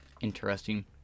Interesting